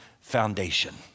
foundation